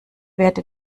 werde